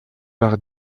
par